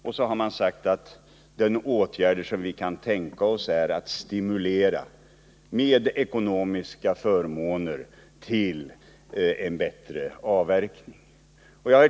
Och så har man sagt att en åtgärd som man kan tänka sig är att med ekonomiska förmåner stimulera till en bättre avverkning.